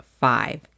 five